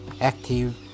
active